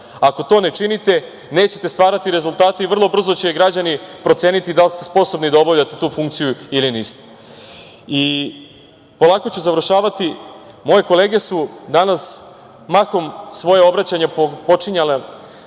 Ako to ne činite nećete stvarati rezultate i vrlo brzo će građani proceniti da li ste sposobni da obavljate tu funkciju ili niste. Polako ću završavati. Moje kolege su danas mahom svoje obraćanje počinjale